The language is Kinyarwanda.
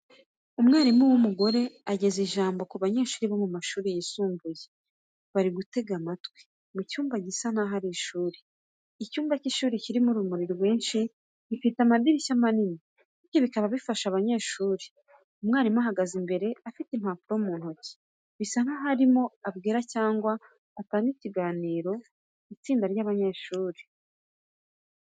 Umwarimu w'umugore ageza ijambo ku banyeshuri bo mu mashuri yisumbuye bari gutega amatwi, mu cyumba gisa n'aho ari ishuri. Icyumba cy'ishuri kirimo urumuri rwinshi gifite amadirishya manini, bityo bikaba bifasha abanyeshuri. Umwarimu ahagaze imbere afite impapuro mu ntoki, bisa n'aho arimo abwira cyangwa agatanga ikiganiro itsinda ry'abanyeshuri.